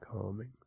Calming